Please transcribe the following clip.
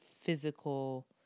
physical